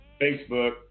Facebook